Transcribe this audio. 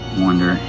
wonder